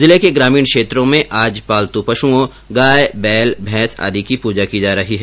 जिले के ग्रामीण क्षेत्रो में आज पालतू पशुओं गाय बेल भैंस आदि की पूजा की जा रही है